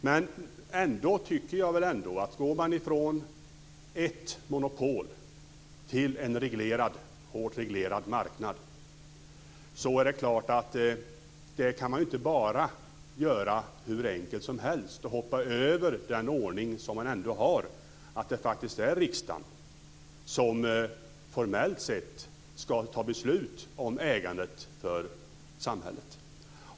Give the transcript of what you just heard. Men jag tycker ändå att man inte kan gå från ett monopol till en hårt reglerad marknad hur enkelt som helst och hoppa över den ordning som ändå råder, att det faktiskt är riksdagen som formellt sett ska fatta beslut om ägandet för samhället.